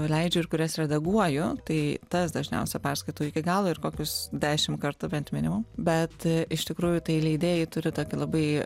leidžiu ir kurias redaguoju tai tas dažniausia perskaitau iki galo ir kokius dešimt kartų bent minimum bet iš tikrųjų tai leidėjai turi tokį labai